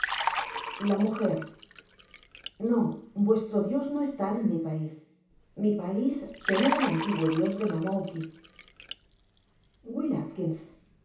la m no vuestro dios no estar en mi pais mi pais tener el antiguo dios